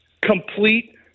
complete